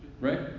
Right